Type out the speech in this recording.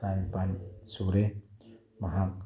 ꯇꯔꯥꯅꯤꯄꯥꯜ ꯁꯨꯔꯦ ꯃꯍꯥꯛ